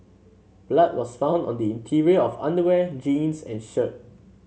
blood was found on the interior of underwear jeans and shirt